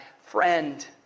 friend